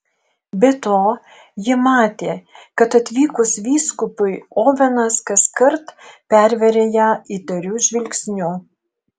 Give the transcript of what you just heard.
be to ji matė kad atvykus vyskupui ovenas kaskart perveria ją įtariu žvilgsniu